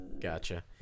Gotcha